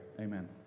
Amen